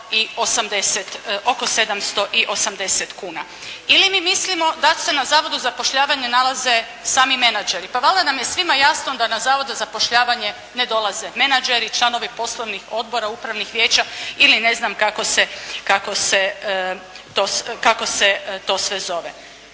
Ili mi mislimo da se na Zavodu za zapošljavanje nalaze sami menadžeri. Pa valjda nam je svima jasno da na Zavodu za zapošljavanje ne dolaze menadžeri, članovi poslovnih odbora upravnih vijeća ili ne znam kako se to sve zove.